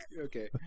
okay